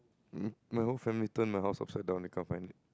mm my whole family turn my house upside down they can't find it